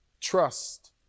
trust